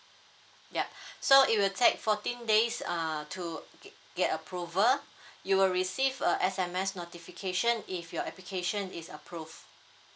ya so it will take fourteen days uh to ge~ get approval you will receive a S_M_S notification if your application is approved